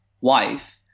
wife